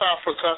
Africa